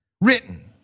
Written